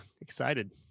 Excited